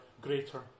greater